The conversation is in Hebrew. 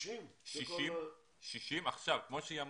כמו שהיא אמרה,